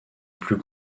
plus